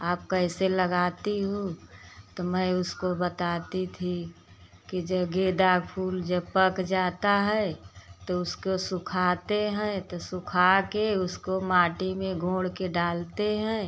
आप कैसे लगाती हो तो मैं उसको बताती थी कि जो गेंदा फूल जब पक जाता है तो उसको सुखाते हैं तो सुखा के उसको माटी में गोंड़ के डालते हैं